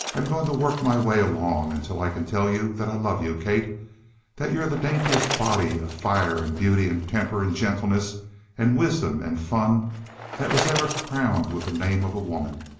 i'm going to work my way along until i can tell you that i love you, kate that you're the daintiest body of fire and beauty and temper and gentleness and wisdom and fun that was ever crowned with the name of a woman.